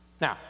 Now